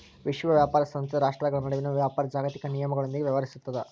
ವಿಶ್ವ ವ್ಯಾಪಾರ ಸಂಸ್ಥೆ ರಾಷ್ಟ್ರ್ಗಳ ನಡುವಿನ ವ್ಯಾಪಾರದ್ ಜಾಗತಿಕ ನಿಯಮಗಳೊಂದಿಗ ವ್ಯವಹರಿಸುತ್ತದ